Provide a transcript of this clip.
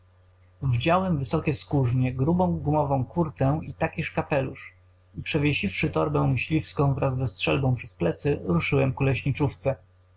wdziałem wysokie skórznie grubą gumową kurtę i takiż kapelusz i przewiesiwszy torbę myśliwską wraz ze strzelbą przez plecy ruszyłem ku leśniczówce